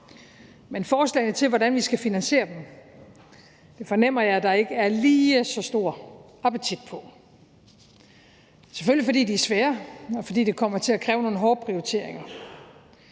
Men forslagene til, hvordan vi skal finansiere dem, fornemmer jeg der ikke lige er så stor appetit på. Det er selvfølgelig, fordi det er svært, og fordi det kommer til at kræve nogle hårde prioriteringer.